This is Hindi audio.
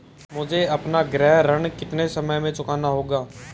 मुझे अपना गृह ऋण कितने समय में चुकाना होगा?